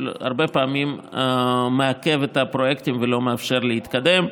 שהרבה פעמים מעכב את הפרויקטים ולא מאפשר להתקדם.